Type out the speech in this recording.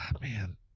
Man